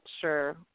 sure